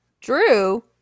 Drew